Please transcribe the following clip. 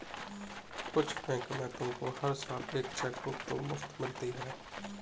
कुछ बैंक में तुमको हर साल एक चेकबुक तो मुफ़्त मिलती है